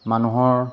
মানুহৰ